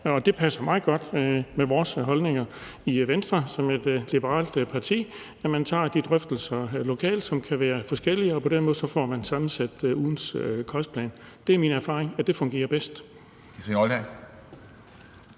Og det passer meget godt med vores holdninger i Venstre, som er et liberalt parti, at man tager de drøftelser lokalt, som kan være forskellige, og på den måde får man sammensat ugens kostplan. Det er min erfaring, at det fungerer bedst.